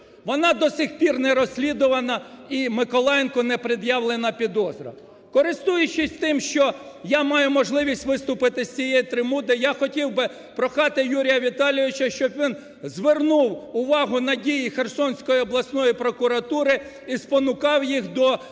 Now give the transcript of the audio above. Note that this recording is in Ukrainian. вона до цих пір не розслідувана і Миколаєнку не пред'явлена підозра. Користуючись тим, що я маю можливість виступити з цієї трибуни, я хотів би прохати Юрія Віталійовича, щоб він звернув увагу на дії Херсонської обласної прокуратури і спонукав їх до